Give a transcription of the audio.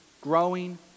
Growing